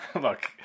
look